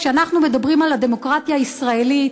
כשאנחנו מדברים על הדמוקרטיה הישראלית,